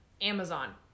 Amazon